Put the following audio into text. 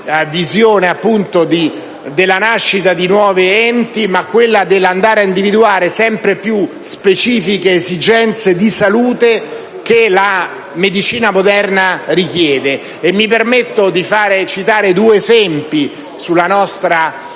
la visione della nascita di nuovi enti, ma quella di andare ad individuare sempre più specifiche esigenze di salute che la medicina moderna richiede. Mi permetto di citare due esempi sulla nostra